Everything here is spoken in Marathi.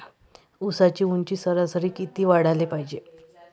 ऊसाची ऊंची सरासरी किती वाढाले पायजे?